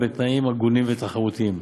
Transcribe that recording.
בתנאים הגונים ותחרותיים.